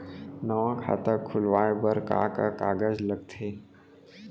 नवा खाता खुलवाए बर का का कागज लगथे?